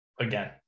again